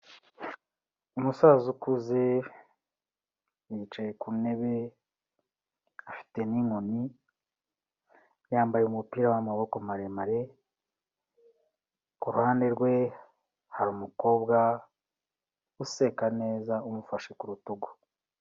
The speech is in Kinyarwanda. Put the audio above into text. Umusaza ukuze yicaye ku ntebe afite n'inkoni, yambaye umupira w'amaboko maremare, ku ruhande rwe hari umukobwa useka neza umufashe ku rutugu.